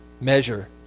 measure